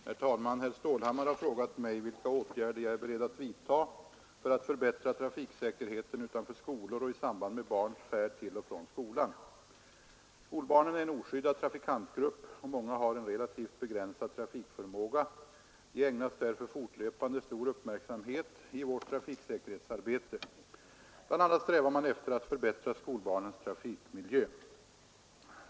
Herr talman! Herr Stålhammar har frågat mig vilka åtgärder jag är beredd att vidta för att förbättra trafiksäkerheten utanför skolor och i samband med barns färd till och från skolan. Skolbarnen är en oskyddad trafikantgrupp och många har en relativt begränsad trafikförmåga. De ägnas därför fortlöpande stor uppmärksamhet i vårt trafiksäkerhetsarbete. BI. a. strävar man efter att förbättra skolbarnens trafikmiljö.